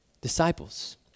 disciples